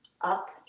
up